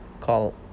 call